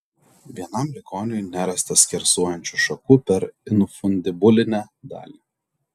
vienam ligoniui nerasta skersuojančių šakų per infundibulinę dalį